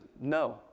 no